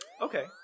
Okay